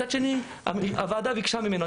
מצד שני הוועדה ביקשה ממנו,